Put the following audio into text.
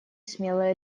смелая